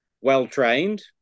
well-trained